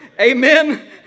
Amen